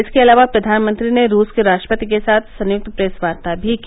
इसके अलावा प्रधानमंत्री ने रूस के राष्ट्रपति के साथ संयुक्त प्रेस वार्ता भी की